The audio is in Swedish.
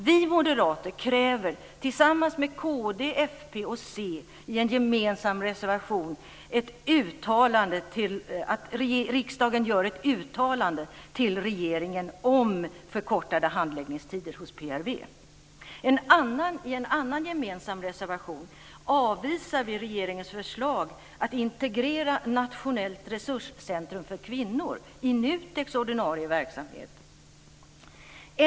Vi moderater kräver tillsammans med kd, fp och c i en gemensam reservation att riksdagen gör ett uttalande till regeringen om förkortade handläggningstider hos PRV. I en annan gemensam reservation avvisar vi regeringens förslag att integrera Nationellt resurscentrum för kvinnor i NUTEK:s ordinarie verksamhet.